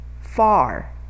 far